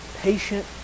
patient